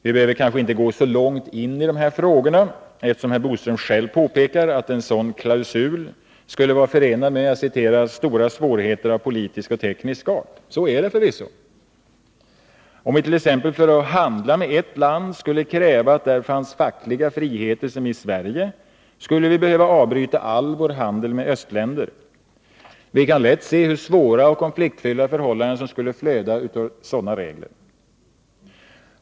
Vi behöver kanske inte gå så långt in i dessa frågor, eftersom herr Bodström själv påpekar att en sådan klausul skulle vara förenad med ”stora svårigheter av politisk och teknisk art”, Så är det förvisso. Om vi för att handla med ett landt.ex. skulle kräva att det där fanns fackliga friheter som i Sverige, skulle vi behöva avbryta all vår handel med östländer. Vi kan lätt se hur svåra och konfliktfyllda förhållanden som skulle flöda ur sådana regler.